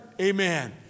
Amen